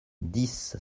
dix